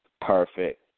perfect